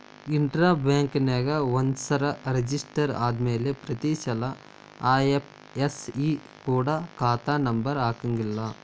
intra ಬ್ಯಾಂಕ್ನ್ಯಾಗ ಒಂದ್ಸರೆ register ಆದ್ಮ್ಯಾಲೆ ಪ್ರತಿಸಲ ಐ.ಎಫ್.ಎಸ್.ಇ ಕೊಡ ಖಾತಾ ನಂಬರ ಹಾಕಂಗಿಲ್ಲಾ